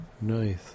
Nice